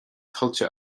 tuillte